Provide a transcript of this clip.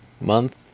month